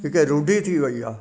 हिकु रूडी थी वई आहे